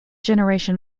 generation